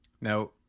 Now